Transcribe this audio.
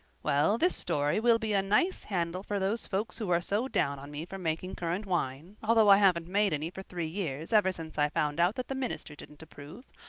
well, this story will be a nice handle for those folks who are so down on me for making currant wine, although i haven't made any for three years ever since i found out that the minister didn't approve.